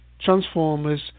Transformers